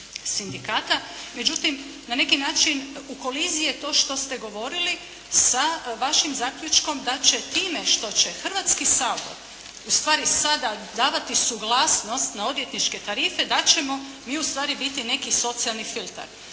sindikata. Međutim na neki način u koliziji je to što ste govorili sa vašim zaključkom da će time što će Hrvatski sabor ustvari sada davati suglasnost na odvjetničke tarife, da ćemo mi ustvari biti neki socijalni filter.